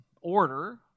order